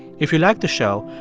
if you like the show,